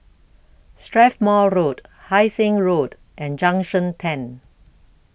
Strathmore Road Hai Sing Road and Junction ten